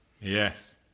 yes